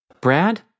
Brad